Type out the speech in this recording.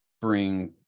bring